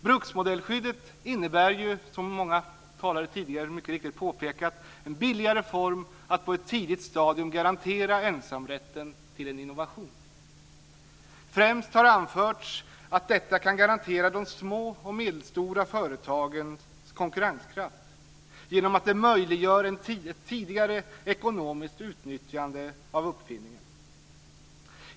Bruksmodellskyddet innebär, som många talare tidigare mycket riktigt påpekat, en billigare form för att på ett tidigt stadium garantera ensamrätten till en innovation. Främst har det anförts att detta kan garantera de små och medelstora företagens konkurrenskraft genom att det möjliggör ett tidigare ekonomiskt utnyttjande av uppfinningen.